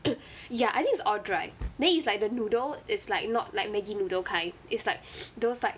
ya I think is all dry then it's like the noodle is like not like Maggi noodle kind it's like those like